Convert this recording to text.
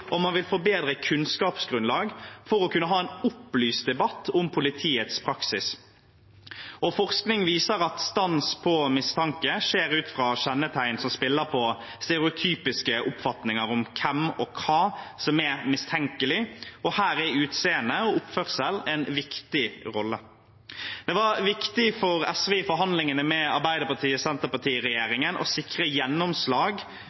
og man vil få et bedre kunnskapsgrunnlag for å kunne ha en opplyst debatt om politiets praksis. Forskning viser at stans på mistanke skjer ut fra kjennetegn som spiller på stereotypiske oppfatninger om hvem og hva som er mistenkelig, og her har utseende og oppførsel en viktig rolle. Det var viktig for SV i forhandlingene med